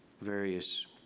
various